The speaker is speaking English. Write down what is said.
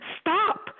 stop